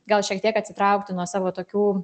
gal šiek tiek atsitraukti nuo savo tokių